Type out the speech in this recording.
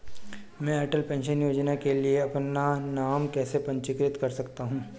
मैं अटल पेंशन योजना के लिए अपना नाम कैसे पंजीकृत कर सकता हूं?